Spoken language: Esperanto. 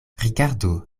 rigardu